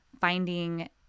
finding